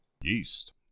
yeast